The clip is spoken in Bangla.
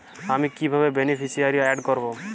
আমি কিভাবে বেনিফিসিয়ারি অ্যাড করব?